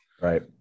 right